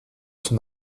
son